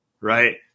right